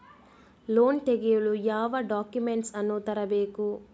Loan ತೆಗೆಯಲು ಯಾವ documents ಅನ್ನು ತರಬೇಕು?